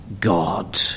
God